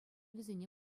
вӗсене